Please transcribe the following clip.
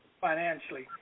financially